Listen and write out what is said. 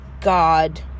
God